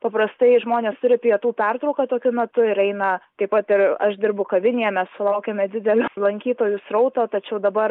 paprastai žmonės turi pietų pertrauką tokiu metu ir eina taip pat ir aš dirbu kavinėje mes sulaukiame didelio lankytojų srauto tačiau dabar